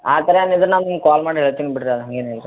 ಆ ಥರ ಏನಿದ್ರೆ ನಾವು ನಿಮ್ಗೆ ಕಾಲ್ ಮಾಡಿ ಹೇಳ್ತೀನಿ ಬಿಡಿರಿ ಹಾಗೇನಿಲ್ರಿ